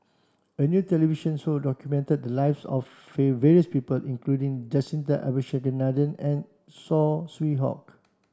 a new television show documented the lives of various people including Jacintha Abisheganaden and Saw Swee Hock